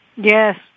Yes